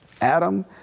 Adam